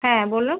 হ্যাঁ বলুন